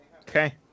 Okay